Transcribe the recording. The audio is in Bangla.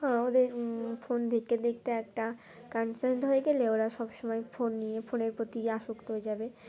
হঁ ওদের ফোন দেখতে দেখতে একটা কন্সারনড হয়ে গেলে ওরা সব সময় ফোন নিয়ে ফোনের প্রতি আসক্ত হয়ে যাবে